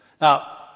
Now